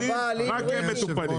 רק הם מטופלים.